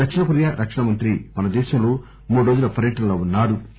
దక్షిణకొరియా రక్షణ మంత్రి మన దేశంలో మూడురోజుల పర్యటనలో ఉన్సారు